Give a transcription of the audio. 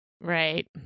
Right